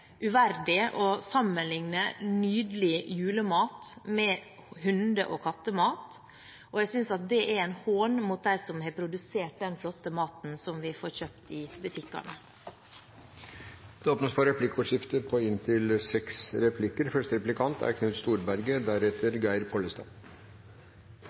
å sammenligne nydelig julemat med hunde- og kattemat. Jeg synes at det er en hån mot dem som har produsert den flotte maten som vi får kjøpt i butikkene. Det blir replikkordskifte. Det er flere som tar til orde for